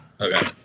Okay